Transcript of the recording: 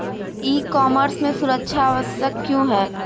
ई commerce में सुरक्षा आवश्यक क्यों है?